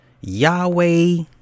Yahweh